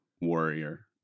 warrior